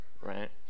right